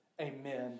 Amen